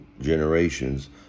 generations